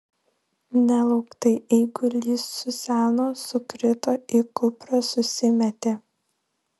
nelauktai eigulys suseno sukrito į kuprą susimetė